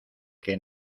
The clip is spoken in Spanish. que